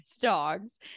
dogs